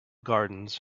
gardens